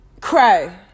cry